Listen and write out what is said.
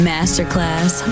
Masterclass